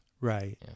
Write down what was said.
Right